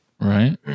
right